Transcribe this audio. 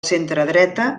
centredreta